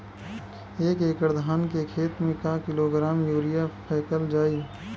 एक एकड़ धान के खेत में क किलोग्राम यूरिया फैकल जाई?